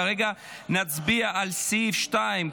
כרגע נצביע על סעיף 2,